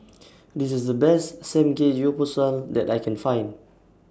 This IS The Best Samgeyopsal that I Can Find